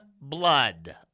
blood